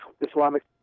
Islamic